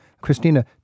Christina